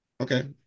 Okay